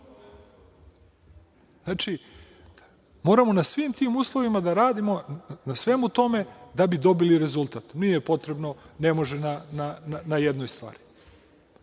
Dakle, moramo na svim tim uslovima da radimo, na svemu tome, da bi dobili rezultat. Ne može na jednoj stvari,